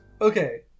Okay